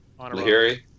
Lahiri